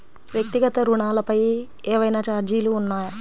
వ్యక్తిగత ఋణాలపై ఏవైనా ఛార్జీలు ఉన్నాయా?